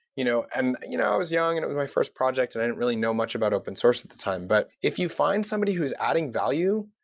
you know and you know i was young and it was my first project and i didn't really know much about open-source at that time, but if you find somebody who's adding value,